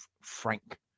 Frank